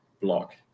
block